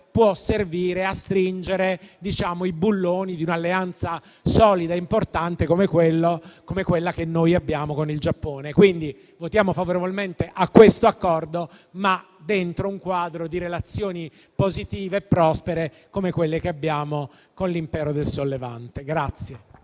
può servire a stringere i bulloni di un'alleanza solida e importante come quella che noi abbiamo con il Giappone. Votiamo quindi favorevolmente a questo accordo, ma dentro un quadro di relazioni positive e prospere come quelle che abbiamo con l'Impero del Sol Levante.